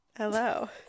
Hello